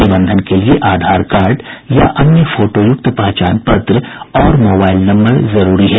निबंधन के लिए आधार कार्ड या अन्य फोटोयुक्त पहचान पत्र और मोबाईल नम्बर जरूरी है